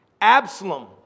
Absalom